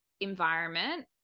environment